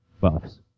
Buffs